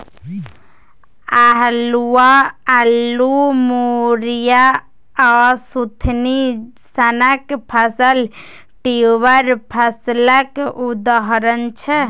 अल्हुआ, अल्लु, मुरय आ सुथनी सनक फसल ट्युबर फसलक उदाहरण छै